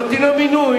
נותנים לו מינוי,